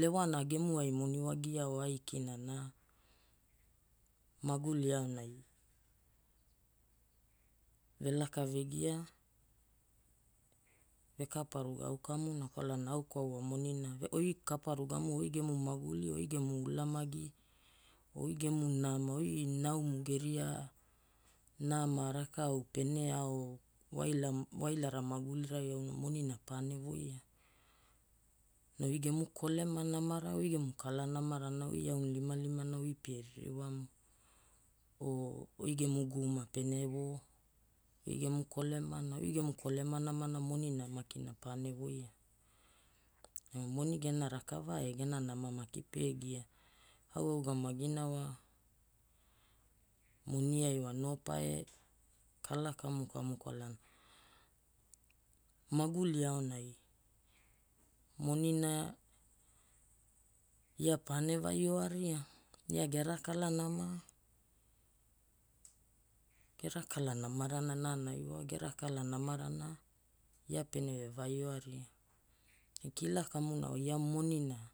Lewana gemuai moni wagia o aikina na maguli aonai velaka vegia, vekaparuga au kamuna kwalana au kwaua monina oi kaparugamu oi gemu maguli, oi gemu ulamagi, oi gemu nama, oi naumu geria nama rakau pene ao wailara magulirai auna monina paene voia. Na oi gemu kolema namara, oi gemu kala namarana oi aunilimalimana oi pie ririwamu, o oi gemu guuma pene voo. Oi gemu kolemana, oi gemu kolema namana monina makina paene voia. Moni gena rakava e gena nama maki pegiaa. Au augamagina wa moniai wa no pae kala kamukamu kwalana maguli aonai monina ia paene vaioaria, ia gera kala nama, gera kala namarana nanaiwa, gera kala namarana ia pene vevaioaria. Kila kamuna wa ia monina